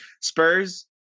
Spurs